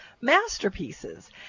masterpieces